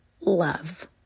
love